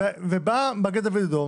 בא מגן דוד אדום